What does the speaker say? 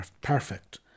perfect